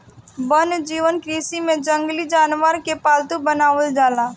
वन्यजीव कृषि में जंगली जानवरन के पालतू बनावल जाला